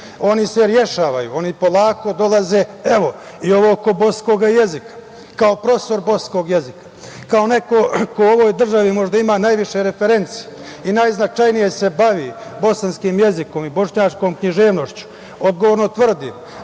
Oni se rešavaju, oni polako dolaze, evo i ovo oko bosanskoga jezika. Kao profesor bosanskoga jezika kao neko ko u ovoj državi možda ima najviše referenci i najznačajnije se bavi bosanskim jezikom i bošnjačkom književnošću, odgovorno tvrdim